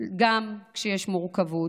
גם כשיש מורכבות.